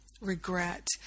regret